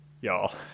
y'all